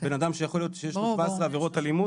בן אדם שיכול להיות שיש לו עבר של עבירות אלימות?